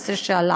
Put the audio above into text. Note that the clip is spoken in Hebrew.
שזה נושא שעלה,